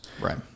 Right